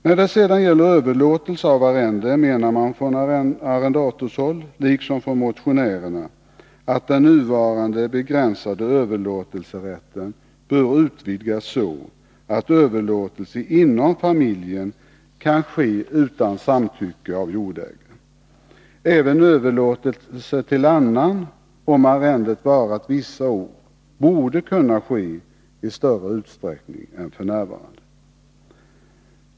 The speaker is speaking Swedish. När det sedan gäller överlåtelse av arrende menar man från arrendatorshåll, liksom från motionärerna, att den nuvarande begränsade överlåtelserätten bör utvidgas så att överlåtelse inom familjen kan ske utan samtycke av jordägare. Även överlåtelse till annan, om arrendet varat vissa år, borde kunna ske i större utsträckning än f. n.